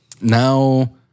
Now